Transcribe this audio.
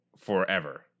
forever